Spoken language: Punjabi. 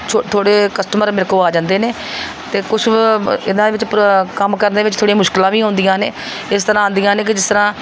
ਥੋ ਥੋੜ੍ਹੇ ਕਸਟਮਰ ਮੇਰੇ ਕੋਲ ਆ ਜਾਂਦੇ ਨੇ ਅਤੇ ਕੁਛ ਇਹਨਾਂ ਦੇ ਵਿੱਚ ਪ੍ਰ ਕੰਮ ਕਰਨ ਦੇ ਵਿੱਚ ਥੋੜ੍ਹੀ ਮੁਸ਼ਕਿਲਾਂ ਵੀ ਆਉਂਦੀਆਂ ਨੇ ਇਸ ਤਰ੍ਹਾਂ ਆਉਂਦੀਆਂ ਨੇ ਕਿ ਜਿਸ ਤਰ੍ਹਾਂ